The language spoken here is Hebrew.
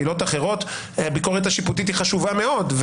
בעילות אחרות הביקורת השיפוטית היא חשובה מאוד,